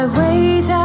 wait